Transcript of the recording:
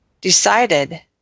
decided